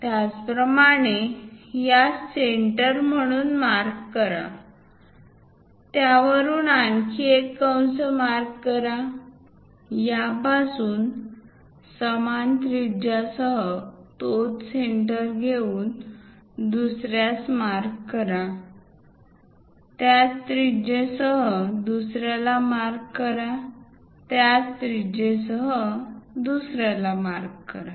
त्याचप्रमाणे यास सेंटर म्हणून मार्क करा त्यावरून आणखी एक कंस मार्क करा यापासून समान त्रिज्यासह तोच सेंटर घेऊन दुसर्यास मार्क करा त्याच त्रिज्यासह दुसर्याला मार्क करा त्याच त्रिज्यासह दुसर्याला मार्क करा